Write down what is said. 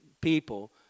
people